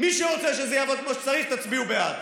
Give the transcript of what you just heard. מי שרוצה שזה יעבוד כמו שצריך, תצביעו בעד.